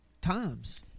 times